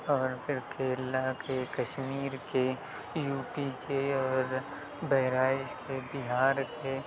اور پھر کیرلا کے کشمیر کے یو پی کے اور بہرائج کے بِہار کے